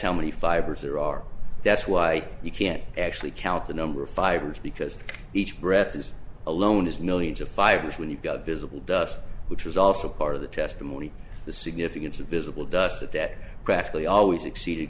how many fibers there are that's why you can't actually count the number of fires because each breath is alone as millions of five years when you've got visible dust which was also part of the testimony the significance of visible dust that practically always exceeded